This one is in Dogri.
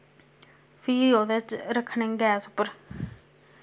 फ्ही ओह्दे च रक्खनी गैस उप्पर